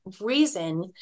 reason